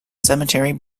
cemetery